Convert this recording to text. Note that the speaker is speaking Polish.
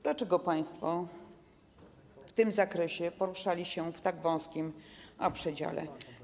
Dlaczego państwo w tym zakresie poruszali się w tak wąskim przedziale?